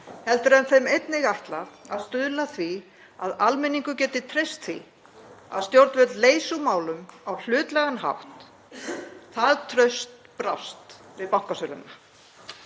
heldur er þeim einnig ætlað að stuðla að því að almenningur geti treyst því að stjórnvöld leysi úr málum á hlutlægan hátt. Það traust brást við bankasöluna.